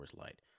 Light